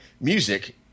music